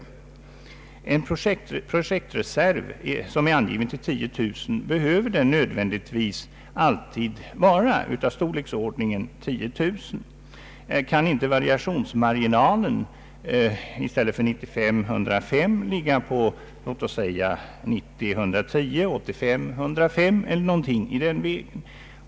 Behöver en projektreserv, som nu är angiven till 10 000 lägenheter, nödvändigtvis alltid vara av storleksordningen tiotusen? Kan inte variationsmarginalen i stället för 95 000—105 000 ligga på låt oss säga 90 000—110 000, 85 000— 105 000 eller något i den vägen?